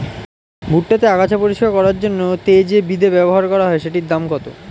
ভুট্টা তে আগাছা পরিষ্কার করার জন্য তে যে বিদে ব্যবহার করা হয় সেটির দাম কত?